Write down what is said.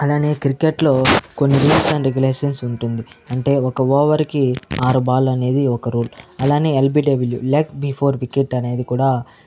అలానే క్రికెట్ లో కొన్ని రూల్స్ అండ్ రెగులేషన్స్ ఉంటుంది అంటే ఒక ఓవర్ కి ఆరు బాల్లు అనేది ఒక రూల్ అలానే ఎల్బిడబ్ల్యు లెగ్ బిఫోర్ వికెట్ అనేది కూడా